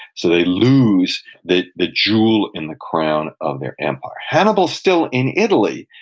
so they lose the the jewel in the crown of their empire hannibal's still in italy,